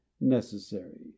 necessary